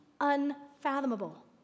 unfathomable